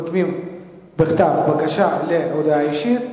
כותבים בכתב בקשה להודעה אישית,